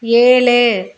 ஏழு